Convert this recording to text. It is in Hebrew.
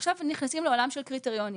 עכשיו נכנסים לעולם של קריטריונים,